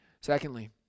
Secondly